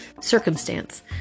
circumstance